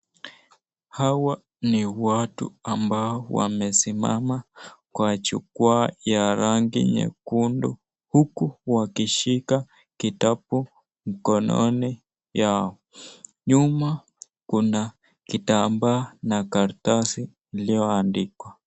Hawa ni watu ambao wamesimama kwachukua ya rangi nyekundu huku wakishika kitabu mkononi yao. Nyuma kuna kitamba na karatasi lioandikwa.